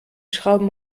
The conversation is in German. schrauben